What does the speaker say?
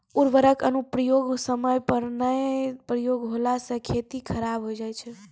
उर्वरक अनुप्रयोग समय पर नाय प्रयोग होला से खेती खराब हो जाय छै